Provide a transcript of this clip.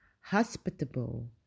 hospitable